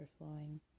overflowing